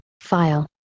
file